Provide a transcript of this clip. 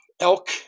elk